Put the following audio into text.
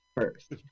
first